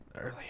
Early